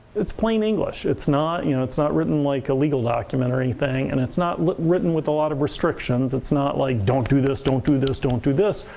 plain english. it's not you know it's not written like a legal document or anything and it's not written with a lot of restrictions. it's not like, don't do this, don't do this, don't do this.